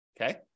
Okay